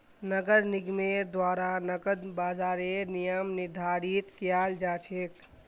नगर निगमेर द्वारा नकद बाजारेर नियम निर्धारित कियाल जा छेक